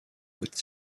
with